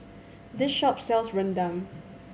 this shop sells rendang